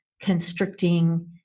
constricting